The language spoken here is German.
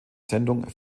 sendung